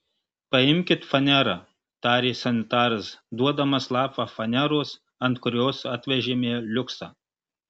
paimkit fanerą tarė sanitaras duodamas lapą faneros ant kurios atvežėme liuksą